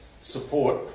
support